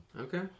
okay